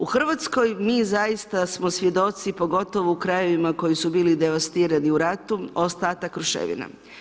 U Hrvatskoj mi zaista smo svjedoci pogotovo u krajevima koji su bili devastirani u ratu, ostatak ruševina.